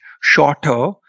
shorter